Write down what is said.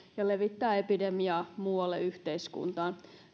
ja levittää epidemiaa muualle yhteiskuntaan